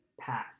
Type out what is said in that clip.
Path